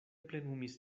plenumis